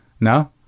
No